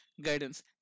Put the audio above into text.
guidance